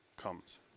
Comes